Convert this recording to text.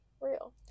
Real